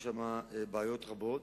יש שם בעיות רבות,